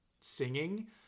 singing